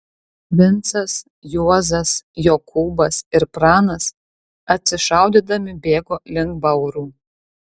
vincas juozas jokūbas ir pranas atsišaudydami bėgo link baurų